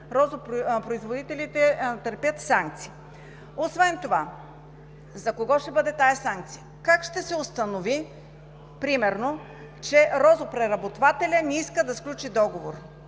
розопроизводителите търпят санкции. Освен това за кого ще бъде тази санкция? Как ще се установи примерно, че розопреработвателят не иска да сключи договор,